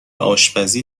آشپزی